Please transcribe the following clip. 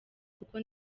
kuko